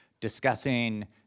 discussing